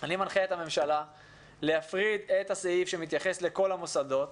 את הממשלה להפריד את הסעיף שמתייחס לכל המוסדות